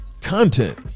Content